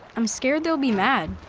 i'm scared they'll be mad.